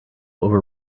over